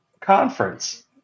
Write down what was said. conference